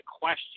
question